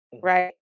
right